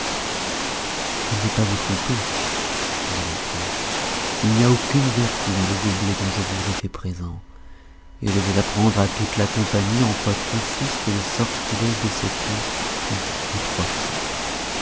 je ne veux pas vous tromper lui dit la fée il n'y a aucune vertu dans le gobelet dont je vous ai fait présent et je veux apprendre à toute la compagnie en quoi consiste le sortilège de cette eau bue en trois coups